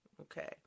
Okay